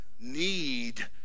need